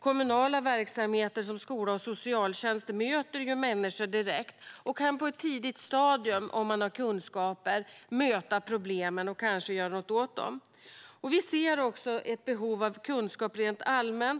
Kommunala verksamheter som skola och socialtjänst möter ju människor direkt och kan på ett tidigt stadium, om man har kunskaper, möta problemen och kanske göra något åt dem. Vi ser också ett behov av allmän kunskap